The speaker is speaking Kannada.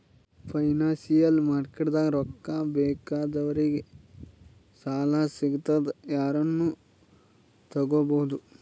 ಫೈನಾನ್ಸಿಯಲ್ ಮಾರ್ಕೆಟ್ದಾಗ್ ರೊಕ್ಕಾ ಬೇಕಾದವ್ರಿಗ್ ಸಾಲ ಸಿಗ್ತದ್ ಯಾರನು ತಗೋಬಹುದ್